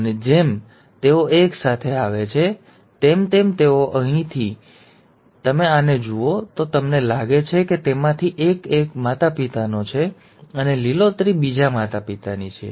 અને જેમ જેમ તેઓ સાથે આવે છે તેમ તેમ તેઓ તેથી અહીં જો તમે આને જુઓ તો તમને લાગે છે કે તેમાંથી એક એક એક માતાપિતાનો છે અને લીલોતરી બીજા માતાપિતાની છે